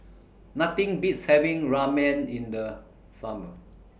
Nothing Beats having Ramen in The Summer